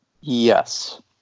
yes